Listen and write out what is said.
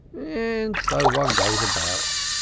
and so one goes about.